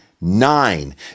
nine